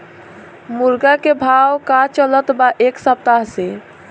मुर्गा के भाव का चलत बा एक सप्ताह से?